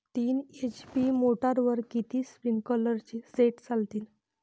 तीन एच.पी मोटरवर किती स्प्रिंकलरचे सेट चालतीन?